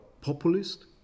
populist